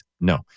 no